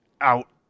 out